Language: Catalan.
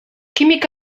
químic